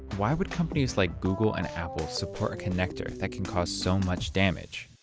why would companies like google and apple support a connector that can cause so much damage?